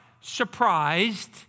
surprised